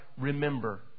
remember